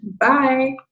Bye